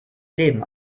leben